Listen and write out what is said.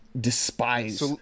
despise